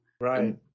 Right